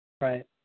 Right